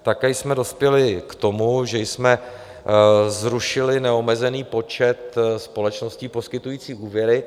Také jsme dospěli k tomu, že jsme zrušili neomezený počet společností poskytujících úvěry.